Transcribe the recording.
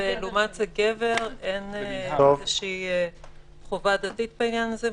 לעומת זאת לגבר אין חובה דתית בעניין הזה,